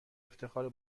افتخار